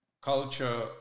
Culture